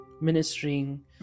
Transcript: ministering